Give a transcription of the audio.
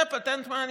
זה פטנט מעניין.